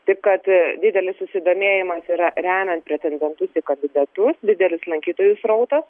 taip kad didelis susidomėjimas yra remiant pretendentus į kandidatus didelis lankytojų srautas